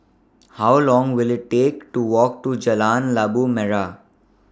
How Long Will IT Take to Walk to Jalan Labu Merah